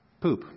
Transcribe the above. poop